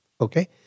Okay